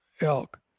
elk